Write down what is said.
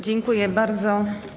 Dziękuję bardzo.